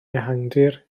ehangdir